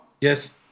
Yes